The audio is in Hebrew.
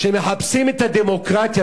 שמחפשים את הדמוקרטיה,